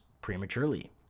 prematurely